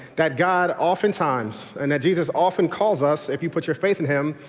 that god often times and that jesus often calls us, if you put your faith in him,